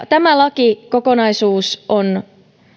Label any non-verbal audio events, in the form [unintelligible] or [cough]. [unintelligible] tämä lakikokonaisuus on